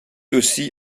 aussi